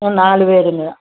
ம் நாலு பேருங்கள்